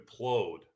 implode